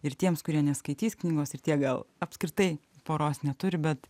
ir tiems kurie neskaitys knygos ir tie gal apskritai poros neturi bet